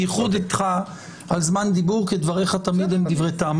בייחוד איתך על זמן דיבור כי דבריך תמיד הם דברי טעם.